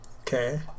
Okay